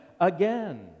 again